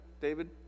David